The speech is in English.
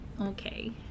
Okay